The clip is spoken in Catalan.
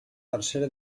tercera